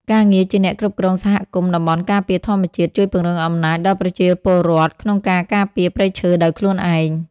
ការងារជាអ្នកគ្រប់គ្រងសហគមន៍តំបន់ការពារធម្មជាតិ ជួយពង្រឹងអំណាចដល់ប្រជាពលរដ្ឋក្នុងការការពារព្រៃឈើដោយខ្លួនឯង។